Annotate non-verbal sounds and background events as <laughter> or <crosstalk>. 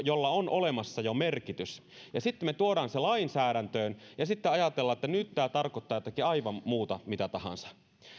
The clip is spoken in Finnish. <unintelligible> jolla on jo olemassa merkitys ja sitten me tuomme sen lainsäädäntöön ja ajattelemme että nyt tämä tarkoittaa jotakin aivan muuta mitä tahansa